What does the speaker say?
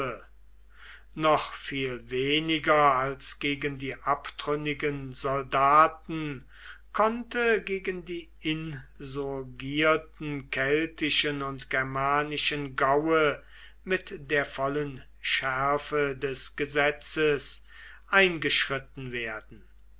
noch viel weniger als gegen die abtrünnigen soldaten konnte gegen die insurgierten keltischen und germanischen gaue mit der vollen schärfe des gesetzes eingeschritten werden